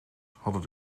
hadden